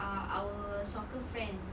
uh our soccer friends